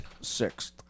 Sixth